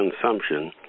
consumption